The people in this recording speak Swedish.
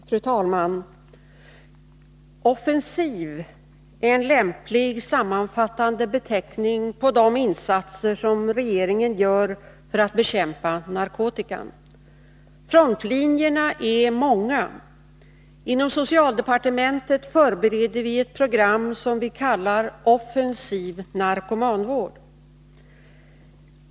Fru talman! Offensiv är en lämplig, sammanfattande beteckning på de insatser som regeringen gör för att bekämpa narkotikan. Frontlinjerna är många. Inom socialdepartementet förbereder vi ett program som vi kallar Offensiv narkomanvård.